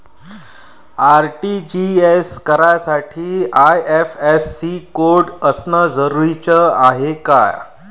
RTGS करासाठी IFSC code असनं जरुरीच हाय का?